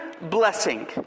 blessing